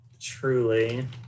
truly